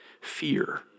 fear